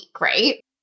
right